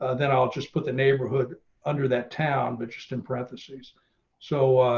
ah then i'll just put the neighborhood under that town but just in parentheses so